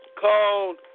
called